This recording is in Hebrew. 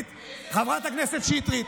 חברת הכנסת קטי שטרית,